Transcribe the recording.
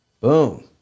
Boom